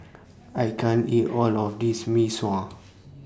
I can't eat All of This Mee Sua